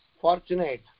fortunate